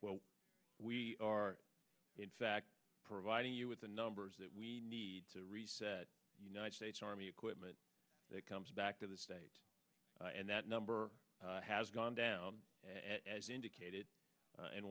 well we are in fact providing you with the numbers that we need to reset united states army equipment that comes back to the states and that number has gone down as indicated a